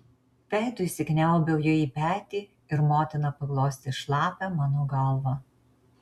veidu įsikniaubiau jai į petį ir motina paglostė šlapią mano galvą